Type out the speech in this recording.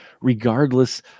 regardless